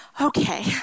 okay